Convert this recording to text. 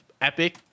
Epic